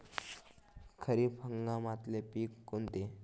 खरीप हंगामातले पिकं कोनते?